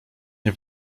nie